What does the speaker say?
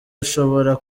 ushobora